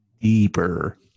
deeper